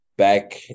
back